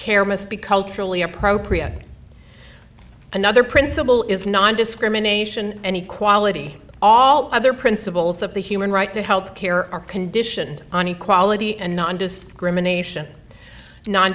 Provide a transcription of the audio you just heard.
care must be culturally appropriate another principle is nondiscrimination any quality all other principles of the human right to health care are conditioned on equality and nondiscrimination non